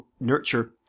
nurture